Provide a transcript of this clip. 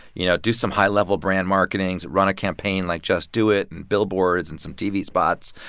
you know, do some high-level brand marketing, run a campaign like just do it and billboards and some tv spots.